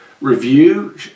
review